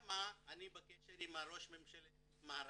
שם אני בקשר עם ראש ממשלת מאהאראשטרה.